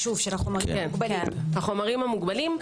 החומרים המוגבלים.